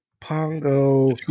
Pongo